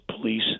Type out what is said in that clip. police